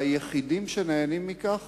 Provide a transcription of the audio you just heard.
והיחידים שנהנים מכך